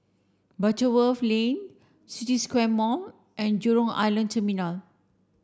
Butterworth Lane City Square Mall and Jurong Island Terminal